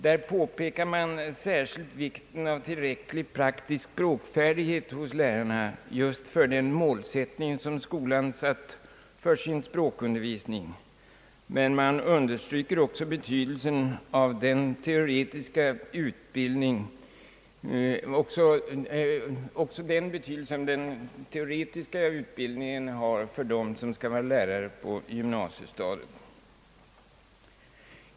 Där påpekas särskilt vikten av tillräcklig praktisk språkfärdighet hos lärarna just med tanke på målsättningen för skolans språkundervisning, men man understryker också den teoretiska utbildningens betydelse för dem som skall vara lärare på gymnasiestadiet.